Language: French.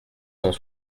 cent